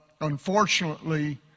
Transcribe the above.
unfortunately